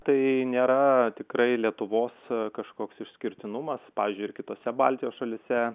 tai nėra tikrai lietuvos kažkoks išskirtinumas pavyzdžiui ir kitose baltijos šalyse